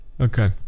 Okay